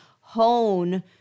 hone